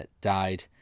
died